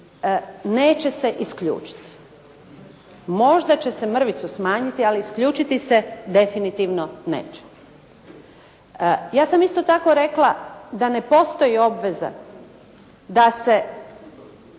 neće se isključiti. Možda će se mrvicu smanjiti, ali isključiti se definitivno neće. Ja sam isto tako rekla da ne postoji obveza da se